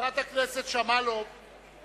חברת הכנסת שמאלוב-ברקוביץ,